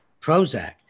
Prozac